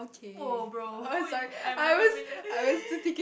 !woah! bro who I have never realise